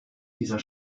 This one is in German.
dieser